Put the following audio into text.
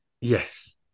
yes